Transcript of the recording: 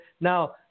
Now